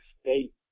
state